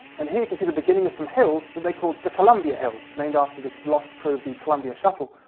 and here you can see the beginning of some hills that they called the colombia hills, named after the lost crew of the colombia shuttle,